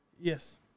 Yes